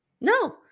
No